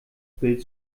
bild